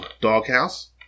doghouse